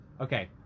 Okay